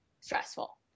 stressful